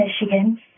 Michigan